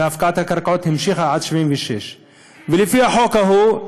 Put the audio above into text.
והפקעת הקרקעות המשיכה עד 76'. לפי החוק ההוא,